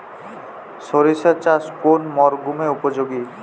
সরিষা চাষ কোন মরশুমে উপযোগী?